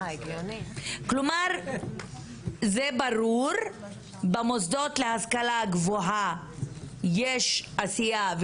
אם כך ברור שבמוסדות להשכלה גבוהה יש עשייה,